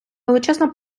величезна